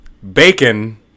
Bacon